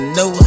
no